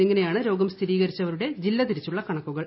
എന്നിങ്ങനെയാണ് രോഗം സ്ഥിരീകരിച്ചവരുടെ ജില്ല ്തിരിച്ചുള്ള കണക്കുകൾ